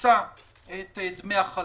מכיסה את דמי החל"ת.